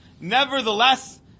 Nevertheless